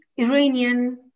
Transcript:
Iranian